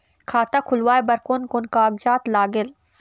खाता खुलवाय बर कोन कोन कागजात लागेल?